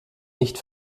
nicht